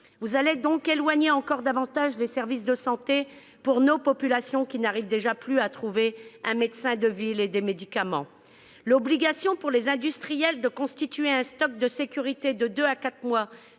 Vous allez donc éloigner encore davantage les services de santé des populations, qui n'arrivent déjà plus à trouver un médecin de ville et des médicaments. L'obligation pour les industriels de constituer un stock de sécurité de deux à